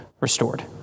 restored